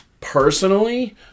personally